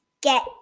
Get